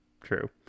true